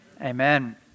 amen